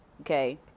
Okay